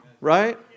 right